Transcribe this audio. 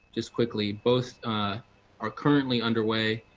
just quickly. both are currently underway,